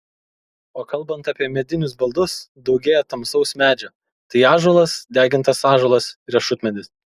o kalbant apie medinius baldus daugėja tamsaus medžio tai ąžuolas degintas ąžuolas riešutmedis